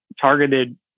targeted